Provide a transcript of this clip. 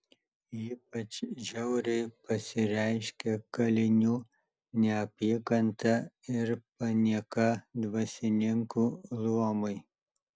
ypač žiauriai pasireiškė kalinių neapykanta ir panieka dvasininkų luomui